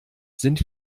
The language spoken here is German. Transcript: sind